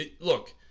look